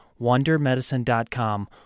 wondermedicine.com